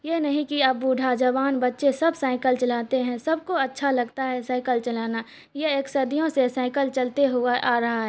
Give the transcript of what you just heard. یہ نہیں کہ اب بوڑھا جوان بچے سب سائیکل چلاتے ہیں سب کو اچھا لگتا ہے سائیکل چلانا یہ ایک صدیوں سے سائیکل چلتے ہوا آ رہا ہے